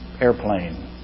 airplane